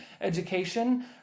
education